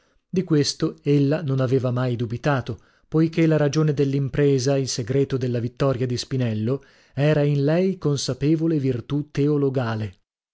di questo ella non aveva mai dubitato poichè la ragione dell'impresa il segreto della vittoria di spinello era in lei consapevole virtù